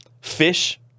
Fish